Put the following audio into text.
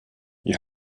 you